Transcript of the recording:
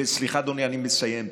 וסליחה, אדוני, אני מסיים תכף.